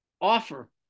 offer